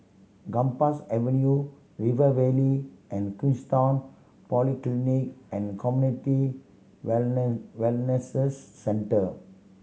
Gambas Avenue River Valley and Queenstown Polyclinic and Community Centre